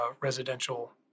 residential